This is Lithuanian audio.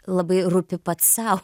labai rūpi pats sau